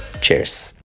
cheers